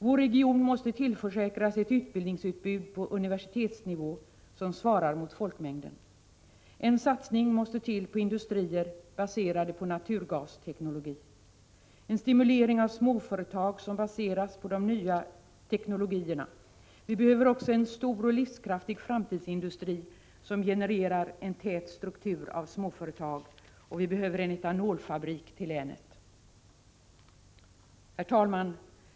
Vår region måste tillförsäkras ett utbildningsutbud på universitetsnivå som svarar mot folkmängden. En satsning måste till på industrier baserade på naturgasteknologi. Vi förordar en stimulering av småföretag som baseras på de nya teknologierna. Vi behöver också en stor och-livskraftig framtidsindustri som genererar en tät struktur av småföretag. Vi behöver en etanolfabrik till länet. Herr talman!